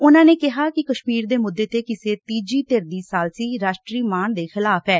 ਉਨਾਂ ਨੇ ਕਿਹਾ ਕਿ ਕਸ਼ਮੀਰ ਮੁੱਦੇ ਤੇ ਕਿਸੇ ਤੀਜੀ ਧਿਰ ਦੀ ਸਾਲਸੀ ਰਾਸ਼ਟਰੀ ਮਾਣ ਦੇ ਖਿਲਾਫ਼ ਐ